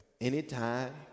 anytime